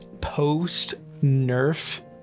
post-nerf